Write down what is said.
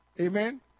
Amen